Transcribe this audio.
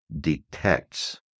detects